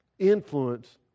influence